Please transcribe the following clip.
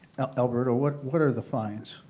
ah but what what are the fines?